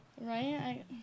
right